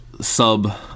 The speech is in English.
sub